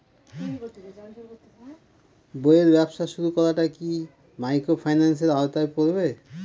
বইয়ের ব্যবসা শুরু করাটা কি মাইক্রোফিন্যান্সের আওতায় পড়বে?